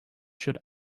should